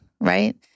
right